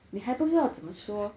你还不知道怎么说